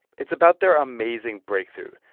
it's about their amazing breakthrough,